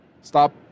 Stop